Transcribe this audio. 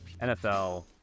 NFL